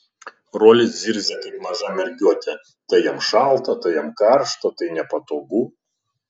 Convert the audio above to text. rolis zirzia kaip maža mergiotė tai jam šalta tai jam karšta tai nepatogu